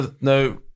No